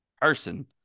person